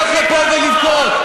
לא לעלות לפה ולבכות.